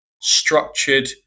structured